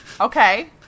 Okay